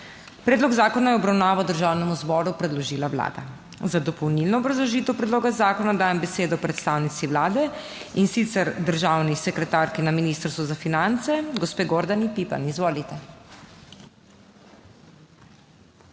Predlog zakona je v obravnavo Državnemu zboru predložila Vlada. Za dopolnilno obrazložitev predloga zakona dajem besedo predstavnici Vlade, in sicer državni sekretarki na Ministrstvu za finance, gospe Gordani Pipan. Izvolite.